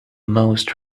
most